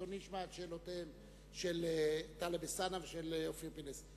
אדוני ישמע את שאלותיהם של טלב אלסאנע ושל אופיר פינס.